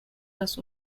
das